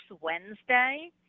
Wednesday